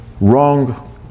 wrong